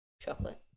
Chocolate